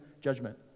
judgment